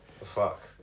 fuck